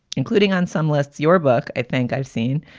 including on some lists, your book. i think i've seen,